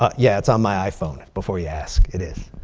ah yeah, it's on my iphone. before you ask. it is.